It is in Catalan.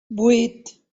vuit